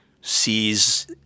sees